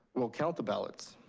will count the ballots.